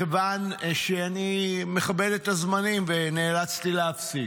מכיוון שאני מכבד את הזמנים ונאלצתי להפסיק,